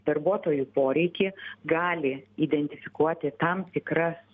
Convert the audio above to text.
darbuotojų poreikį gali identifikuoti tam tikras